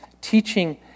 teaching